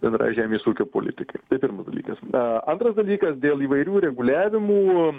bendrai žemės ūkio politikai tai pirmas dalykasa antras dalykas dėl įvairių reguliavimų